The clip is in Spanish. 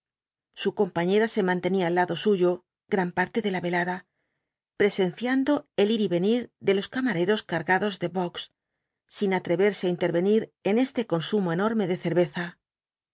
su compañera se mantenía al lado suyo gran parte de la velada presenciando el ir y venir de los camareros cargados de bocks sin atreverse á intervenir en este consumo enorme de cerveza